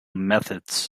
methods